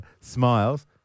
smiles